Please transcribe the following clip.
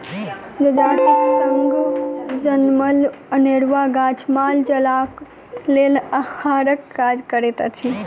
जजातिक संग जनमल अनेरूआ गाछ माल जालक लेल आहारक काज करैत अछि